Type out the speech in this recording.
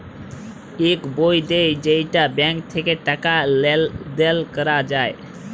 ইক বই দেয় যেইটা ব্যাঙ্ক থাক্যে টাকা লেলদেল ক্যরা যায়